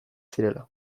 zirela